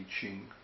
teaching